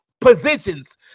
positions